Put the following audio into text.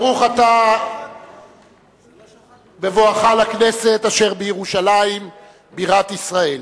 ברוך אתה בבואך לכנסת אשר בירושלים בירת ישראל.